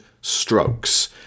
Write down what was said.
strokes